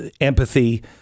Empathy